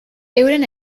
euren